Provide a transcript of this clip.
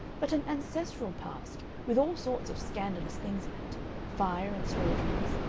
but an ancestral past with all sorts of scandalous things in it fire and slaughterings,